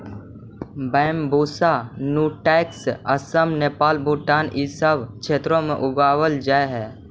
Bambusa nutans Assam, Nepal, Bhutan इ सब क्षेत्र में उगावल जा हई